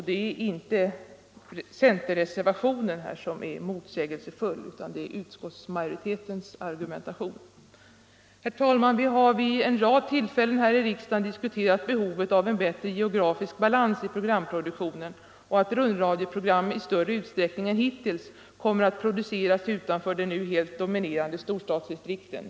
Det är inte centerreservationen som är motsägelsefull utan det är utskottsmajoritetens argumentation. Herr talman! Vi har vid en rad tillfällen här i riksdagen diskuterat behovet av en bättre geografisk balans i programproduktionen och att rundradioprogram i större utsträckning än hittills kommer att produceras utanför de nu helt dominerande storstadsdistrikten.